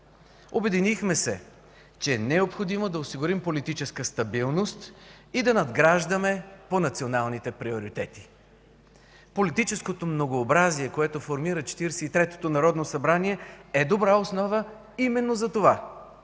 Обединихме се, че е необходимо да осигурим политическа стабилност и да надграждаме по националните приоритети. Политическото многообразие, което формира Четиридесет и третото народно събрание, е добра основа именно за това